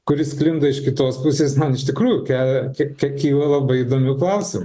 kuri sklinda iš kitos pusės man iš tikrųjų ke ke kyla labai įdomių klausimų